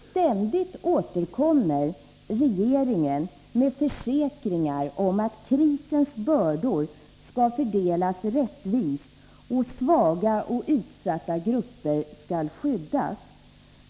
Ständigt återkommer regeringen med försäkringar om att krisens bördor skall fördelas rättvist och att svaga och utsatta grupper skall skyddas.